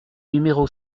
numéro